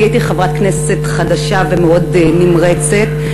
אני הייתי חברת כנסת חדשה ומאוד נמרצת,